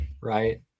right